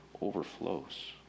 overflows